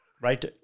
Right